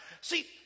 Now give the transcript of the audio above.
See